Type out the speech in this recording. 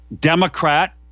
Democrat